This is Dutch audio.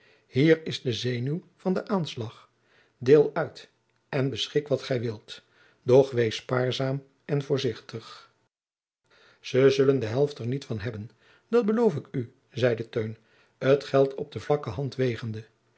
hier is de zenuw van den aanslag deel uit en beschik wat gij wilt doch wees spaarzaam en voorzichtig ze zullen de helft er niet van hebben dat beloof ik oe zeide teun het geld op de vlakke hand wegende